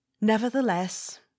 nevertheless